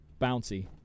bouncy